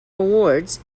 awards